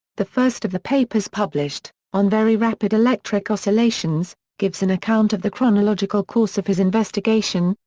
the first of the papers published, on very rapid electric oscillations, gives an account of the chronological course of his investigation,